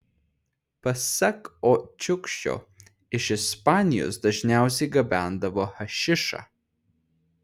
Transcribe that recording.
pasak o čiukšio iš ispanijos dažniausiai gabendavo hašišą